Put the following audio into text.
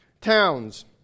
towns